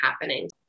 happening